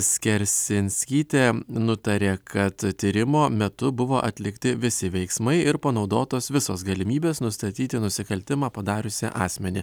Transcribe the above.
skersinskytė nutarė kad tyrimo metu buvo atlikti visi veiksmai ir panaudotos visos galimybės nustatyti nusikaltimą padariusį asmenį